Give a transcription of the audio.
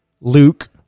Luke